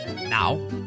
Now